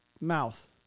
mouth